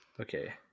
Okay